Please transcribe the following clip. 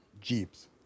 Jeeps